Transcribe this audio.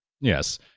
Yes